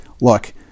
look